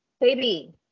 Baby